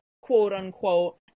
quote-unquote